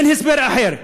אין הסבר אחר.